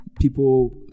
people